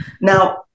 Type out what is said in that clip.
Now